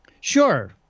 Sure